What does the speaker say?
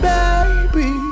baby